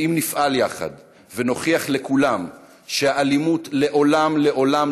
כי אם נפעל יחד ונוכיח לכולם שאלימות לעולם לעולם